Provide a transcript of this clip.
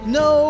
no